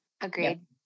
Agreed